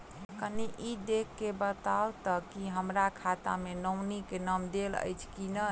कनि ई देख कऽ बताऊ तऽ की हमरा खाता मे नॉमनी केँ नाम देल अछि की नहि?